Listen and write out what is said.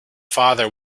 father